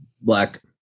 black